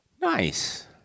Nice